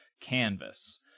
canvas